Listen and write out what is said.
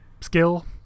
skill